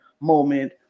moment